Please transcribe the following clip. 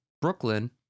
Brooklyn